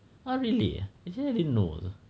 oh really actually I didn't know also